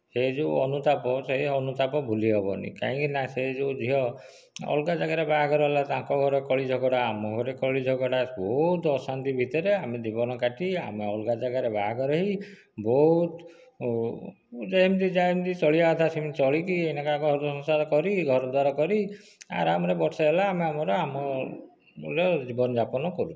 ସେ ଯେଉଁ ଅନୁତାପ ସେ ଅନୁତାପ ଭୁଲି ହବନି କାହିଁକିନା ସେ ଯେଉଁ ଝିଅ ଅଲଗା ଜାଗାରେ ବାହାଘର ହେଲା ତାଙ୍କ ଘରେ କଳି ଝଗଡା ଆମ ଘରେ କଳି ଝଗଡ଼ା ବହୁତ ଅଶାନ୍ତି ଭିତରେ ଆମେ ଜୀବନ କାଟି ଆମେ ଅଲଗା ଜାଗାରେ ବାହାଘର ହୋଇ ବହୁତ ଯେମିତି ଯେମିତି ଚଳିବା କଥା ସେମିତି ଚଳିକି ଆମେ ଆମ ଘର ସଂସାର କରି ଘରଦ୍ୱାର କରି ଆରାମରେ ବର୍ଷେ ହେଲା ଆମେ ଆମର ଆମର ଜୀବନ ଯାପନ କରୁଛୁ